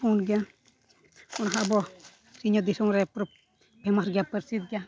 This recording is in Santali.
ᱯᱩᱬ ᱜᱮᱭᱟ ᱚᱱᱟ ᱦᱚᱸ ᱟᱵᱚ ᱥᱤᱧᱚᱛ ᱫᱤᱥᱚᱢ ᱨᱮ ᱯᱩᱨᱟᱹ ᱯᱷᱮᱢᱟᱥ ᱜᱮᱭᱟ ᱯᱟᱨᱥᱤᱛ ᱜᱮᱭᱟ